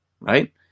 Right